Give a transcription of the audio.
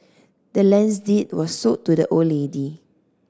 the land's deed was sold to the old lady